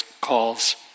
calls